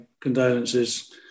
condolences